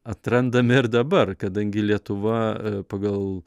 atrandame ir dabar kadangi lietuva e pagal